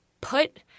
put